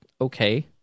okay